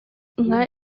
nka